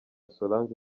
solange